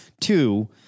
Two